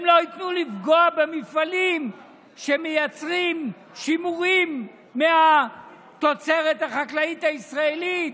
הם לא ייתנו לפגוע במפעלים שמייצרים שימורים מהתוצרת החקלאית הישראלית,